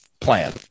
plan